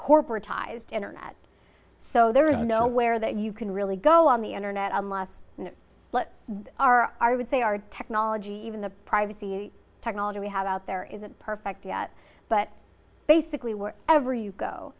corporate ties to internet so there is nowhere that you can really go on the internet unless they are would say our technology even the privacy technology we have out there isn't perfect yet but basically we're ever you go